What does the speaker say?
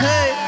Hey